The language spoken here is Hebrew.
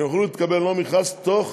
שיוכלו להתקבל אליהן ללא מכרז בתוך